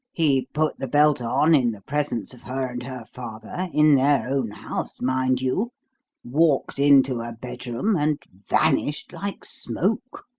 he put the belt on in the presence of her and her father in their own house, mind you walked into a bedroom, and vanished like smoke.